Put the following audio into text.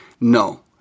No